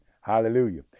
hallelujah